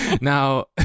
Now